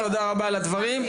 תודה רבה על הדברים,